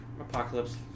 Apocalypse